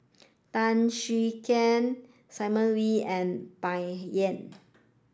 Tan Siah Kwee Simon Wee and Bai Yan